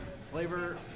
flavor